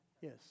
Yes